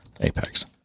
Apex